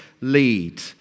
lead